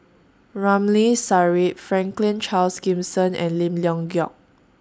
Ramli Sarip Franklin Charles Gimson and Lim Leong Geok